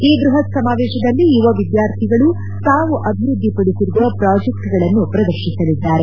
ಈ ಬೃಹತ್ ಸಮಾವೇಶದಲ್ಲಿ ಯುವ ವಿದ್ಯಾರ್ಥಿಗಳು ತಾವು ಅಭಿವೃದ್ದಿಪಡಿಸಿರುವ ಪ್ರಾಜೆಕ್ಟ್ಗಳನ್ನು ಪ್ರದರ್ಶಿಸಲಿದ್ದಾರೆ